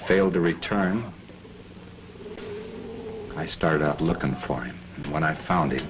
failed to return i started out looking for him when i found it